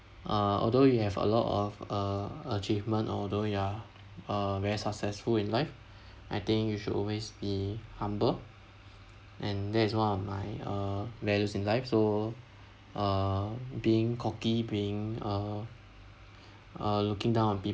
uh although you have a lot of uh achievement although you are uh very successful in life I think you should always be humble and that is one of my uh values in life so uh being cocky being uh uh looking down on people